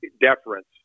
deference